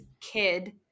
kid